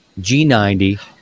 G90